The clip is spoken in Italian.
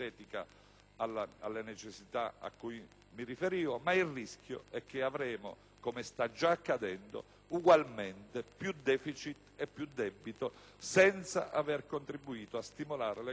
alle necessità cui mi riferivo. Il rischio è che avremo ugualmente (come sta già accadendo) più deficit e più debito, senza aver contribuito a stimolare l'economia,